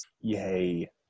Yay